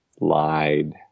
lied